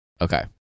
Okay